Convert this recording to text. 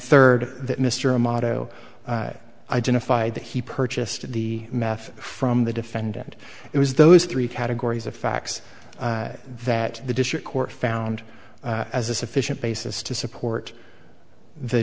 third that mr motto identify that he purchased the meth from the defendant it was those three categories of facts that the district court found as a sufficient basis to support the